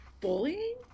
bullying